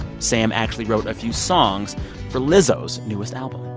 sam actually wrote a few songs for lizzo's newest album.